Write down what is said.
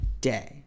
day